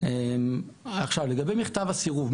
עכשיו לגבי מכתב הסירוב,